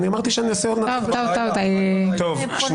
בלי